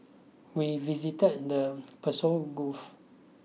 we visited the Persian goof